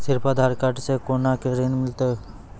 सिर्फ आधार कार्ड से कोना के ऋण मिलते यो?